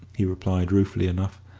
he replied, ruefully enough,